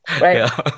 right